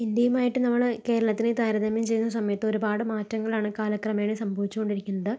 ഇന്ത്യയുമായിട്ട് നമ്മള് കേരളത്തിനെ താരതമ്യം ചെയ്യുന്ന സമയത്ത് ഒരുപാട് മാറ്റങ്ങളാണ് കാലക്രമേണെ സംഭവിച്ചുകൊണ്ടിരിക്കുന്നത്